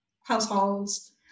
households